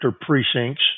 precincts